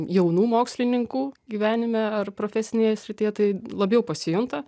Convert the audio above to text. jaunų mokslininkų gyvenime ar profesinėje srityje tai labiau pasijunta